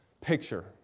picture